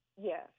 Yes